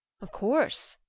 of course,